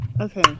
Okay